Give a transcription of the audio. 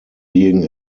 being